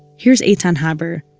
here's eitan haber,